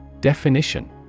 Definition